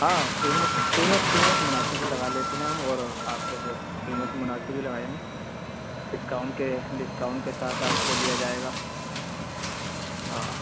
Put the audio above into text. ہاں قیمت قیمت قیمت مناسب لگا لیتے ہیں ہم اور آپ کے لیے قیمت مناسب ہی لگائیں گے ڈسکاؤنٹ کے ڈسکاؤنٹ کے ساتھ آپ کو دیا جائے گا ہاں